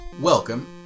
Welcome